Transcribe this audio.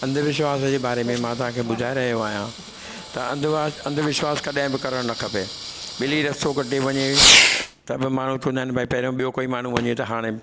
अंधविश्वास जे बारे में मां तव्हांखे ॿुधाए रहियो आहियां त अंधवास अंधविश्वास कॾहिं बि करणु न खपे ॿिली रस्तो कटे वञे त बि माण्हू चवंदा आहिनि भई पहिरों ॿियो कोई माण्हू वञे त हाणे